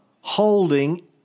holding